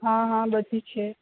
હાં હાં બધુ જ છે